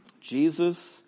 Jesus